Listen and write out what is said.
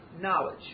knowledge